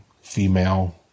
female